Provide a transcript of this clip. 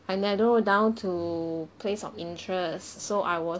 I narrow down to place of interest so I was